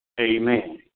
Amen